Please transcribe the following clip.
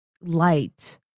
light